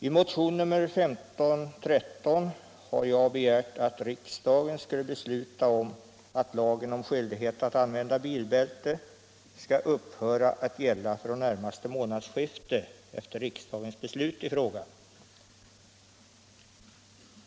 I motionen 1513 har jag begärt att riksdagen skulle besluta om att lagen om skyldighet att använda bilbälte skall upphöra att gälla från närmaste månadsskifte efter riksdagens beslut i frågan.